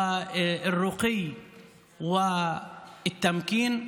המכבדת והמעצימה.